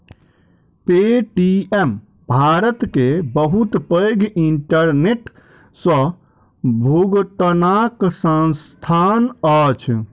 Paytm Bharat के बहुत पैघ इंटरनेट सॅ भुगतनाक संस्थान अछि